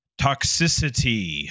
Toxicity